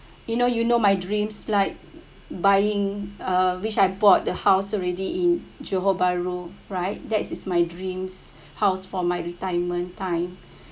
you know you know my dreams like buying uh which I bought the house already in johor bahru right that is my dreams house for my retirement time